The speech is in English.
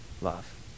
love